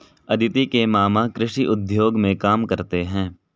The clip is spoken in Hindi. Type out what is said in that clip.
अदिति के मामा कृषि उद्योग में काम करते हैं